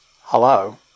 Hello